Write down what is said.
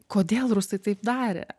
kodėl rusai taip darė